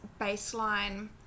baseline